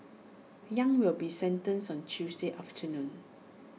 yang will be sentenced on Tuesday afternoon